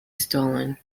stolen